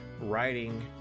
writing